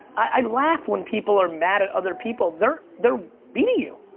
i laugh when people are mad at other people. they're they're beating you.